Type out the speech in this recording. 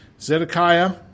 Zedekiah